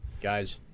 Guys